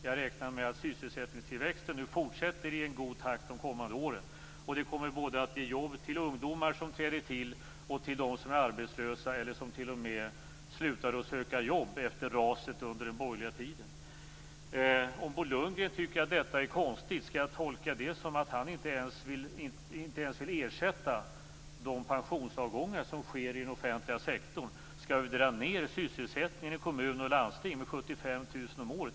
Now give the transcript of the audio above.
Jag räknar med att sysselsättningstillväxten fortsätter i en god takt de kommande åren. Det kommer att ge jobb både till ungdomar som träder till och till de som är arbetslösa eller som t.o.m. slutade att söka jobb efter raset under den borgerliga tiden. Om Bo Lundgren tycker att detta är konstigt, skall jag då tolka det som att han inte ens vill ersätta de pensionsavgångar som sker i den offentliga sektorn? Skall vi dra ned sysselsättningen i kommuner och landsting med 75 000 om året?